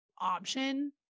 option